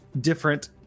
different